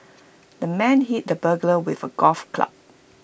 the man hit the burglar with A golf club